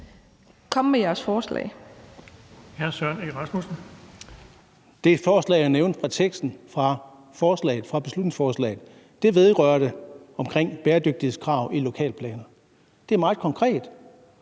Rasmussen (EL): Det forslag, jeg nævnte, fra teksten i beslutningsforslaget vedrører bæredygtighedskrav i lokalplaner. Det er meget konkret.